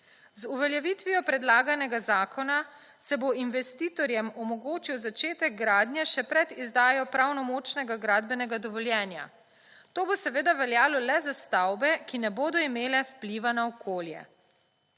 Z uveljavitvijo predlaganega zakona se bo investitorjem omogočil začetek gradnje še pred izdajo pravnomočnega gradbenega dovoljenja. To bo seveda veljalo le za stavbe, ki ne bodo imele vpliva na okolje.